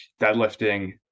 deadlifting